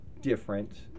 different